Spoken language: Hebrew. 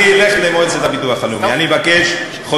אני אלך למועצת הביטוח הלאומי, אני אבקש חודשיים.